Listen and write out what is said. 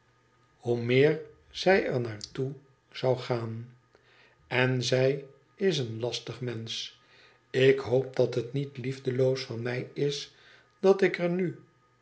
hoe meer zij er naar toe zou aan en zij is een lastig mensch ik hoop dat het niet liefdeloos van mij is dat ik er nu